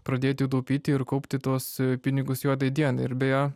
pradėt jau taupyti ir kaupti tuos pinigus juodai dienai ir beje